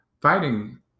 fighting